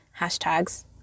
hashtags